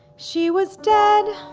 she was dead